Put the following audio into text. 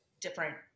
different